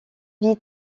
vie